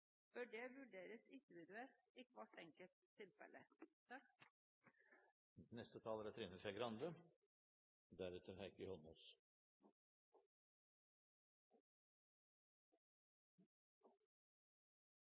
bør det vurderes individuelt i hvert enkelt tilfelle. Forrige taler